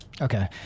okay